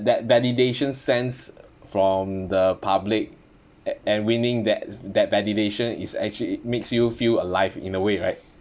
that validation sense from the public and winning that that validation is actually makes you feel alive in a way right